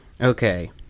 okay